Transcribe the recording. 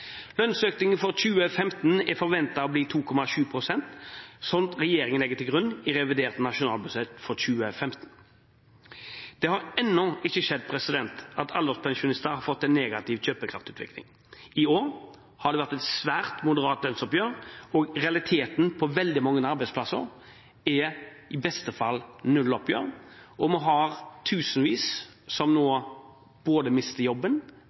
Lønnsøkningen for 2015 er forventet å bli 2,7 pst., slik regjeringen legger til grunn i revidert nasjonalbudsjett for 2015. Det har ennå ikke skjedd at alderspensjonister har fått en negativ kjøpekraftsutvikling. I år har det vært et svært moderat lønnsoppgjør, og realiteten på veldig mange arbeidsplasser er i beste fall nulloppgjør. Vi har tusenvis som nå mister jobben,